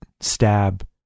stab